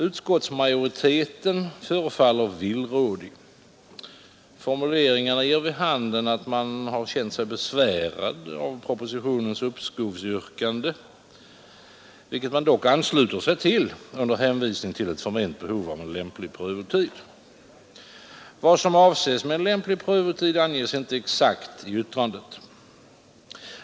Utskottsmajoriteten förefaller villrådig. Formuleringarna ger vid handen att den har känt sig besvärad av propositionens uppskovsyrkande, vilket den dock ansluter sig till under hänvisning till ett förment behov av en lämplig prövotid. Vad som avses med en lämplig prövotid anges inte exakt i utskottsmajoritetens yttrande.